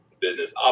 business